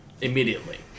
immediately